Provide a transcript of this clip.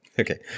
Okay